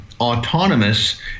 Autonomous